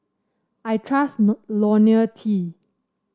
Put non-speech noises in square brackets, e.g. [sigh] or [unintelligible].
I trust [unintelligible] LoniL T